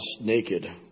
naked